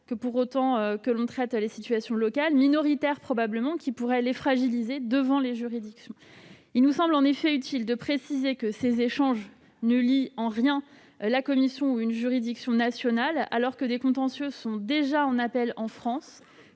que pour autant que l'on traite les situations locales, minoritaires probablement, qui pourraient le fragiliser devant les juridictions. Il nous semble en effet utile de préciser que ces échanges ne lient en rien la Commission ou une juridiction nationale, alors que des contentieux en sont déjà au niveau de l'appel